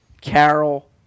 Carol